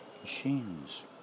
Machines